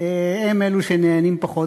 הם אלו שנהנים פחות,